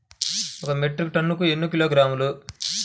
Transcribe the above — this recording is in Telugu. ఒక మెట్రిక్ టన్నుకు ఎన్ని కిలోగ్రాములు?